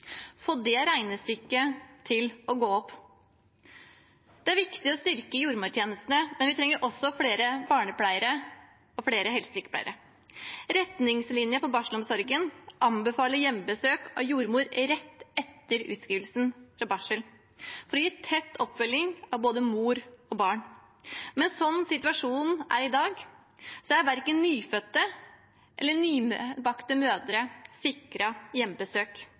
Få det regnestykket til å gå opp! Det er viktig å styrke jordmortjenestene, men vi trenger også flere barnepleiere og helsesykepleiere. Retningslinjene for barselomsorgen anbefaler hjemmebesøk av jordmor rett etter utskrivingen fra barsel, for å gi tett oppfølging av både mor og barn. Men slik situasjonen er i dag, er verken nyfødte eller nybakte mødre